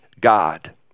God